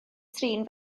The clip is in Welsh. trin